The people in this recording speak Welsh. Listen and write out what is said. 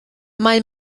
mae